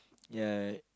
ya